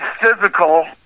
physical